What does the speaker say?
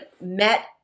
met